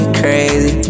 crazy